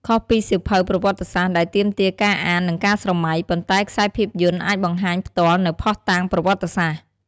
ខុសពីសៀវភៅប្រវត្តិសាស្ត្រដែលទាមទារការអាននិងការស្រមៃ ប៉ុន្តែខ្សែភាពយន្តអាចបង្ហាញផ្ទាល់នូវភស្តុតាងប្រវត្តិសាស្ត្រ។